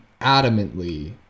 adamantly